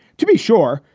to be sure.